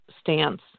stance